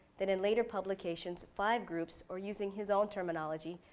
then in later publications five groups, or using his own terminology,